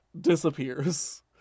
disappears